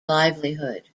livelihood